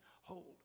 Hold